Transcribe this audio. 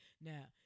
Now